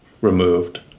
removed